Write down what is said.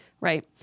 Right